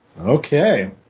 Okay